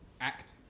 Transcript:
act